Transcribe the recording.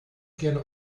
gerne